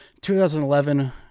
2011